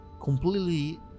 completely